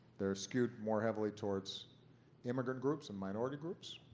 they're skewed more heavily towards immigrant groups and minority groups